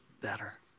better